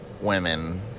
women